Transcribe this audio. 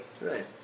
Right